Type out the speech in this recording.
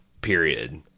period